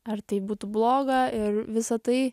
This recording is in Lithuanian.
ar tai būtų bloga ir visa tai